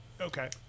Okay